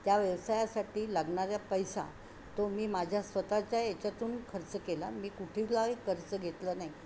त्या व्यवसायासाठी लागणारा पैसा तो मी माझ्या स्वतःच्या याच्यातून खर्च केला मी कुठेलाही खर्च घेतलं नाही